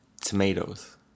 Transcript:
Tomatoes